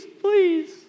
please